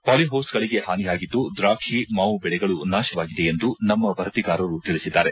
ಪಾಲಿಹೌಸ್ಗಳಿಗೆ ಹಾನಿಯಾಗಿದ್ದು ದ್ರಾಕ್ಷಿ ಮಾವು ಬೆಳೆಗಳೂ ನಾಶವಾಗಿದೆ ಎಂದು ನಮ್ಮ ವರದಿಗಾರರು ತಿಳಿಸಿದ್ದಾರೆ